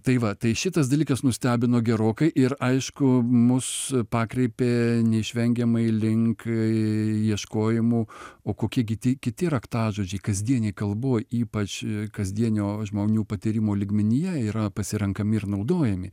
tai va tai šitas dalykas nustebino gerokai ir aišku mus pakreipė neišvengiamai link ieškojimų o kokie gi kiti raktažodžiai kasdienėj kalboj ypač kasdienio žmonių patyrimo lygmenyje yra pasirenkami ir naudojami